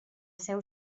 seu